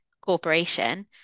corporation